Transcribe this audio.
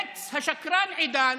השקרן עידן